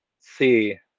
see